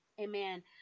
amen